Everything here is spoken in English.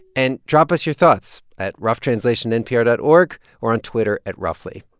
and drop us your thoughts at roughtranslationnpr dot org or on twitter at roughly.